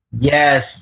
Yes